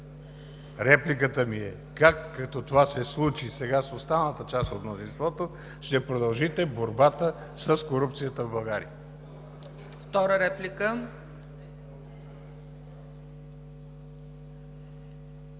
Репликата ми е: как, като това се случи сега с останалата част от мнозинството, ще продължите борбата с корупцията в България?